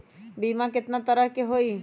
बीमा केतना तरह के होइ?